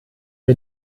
wir